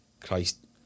Christ